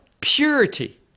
purity